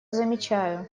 замечаю